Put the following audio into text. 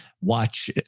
watch